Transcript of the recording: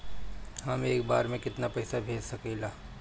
हम एक बार में केतना पैसा भेज सकिला?